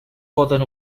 poden